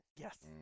Yes